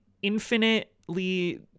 infinitely